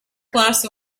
glass